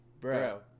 Bro